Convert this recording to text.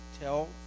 tell